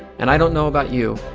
and i don't know about you,